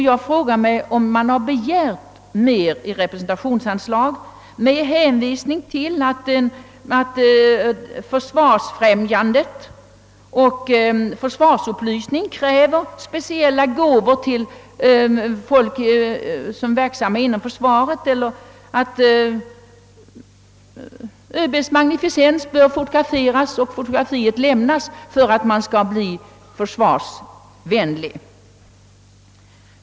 Jag frågar mig om man i petitan begärt mer i representationsanslag och om detta skett med hänvisning till att för försvarskraftens främjande och försvarsupplysningen krävs speciella gåvor till folk som är verksamma inom försvaret, vidare till att ÖB:s magnificens bör fotograferas och fotografiet bortskänkas för försvarskraftens stärkande.